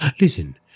Listen